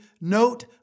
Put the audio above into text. note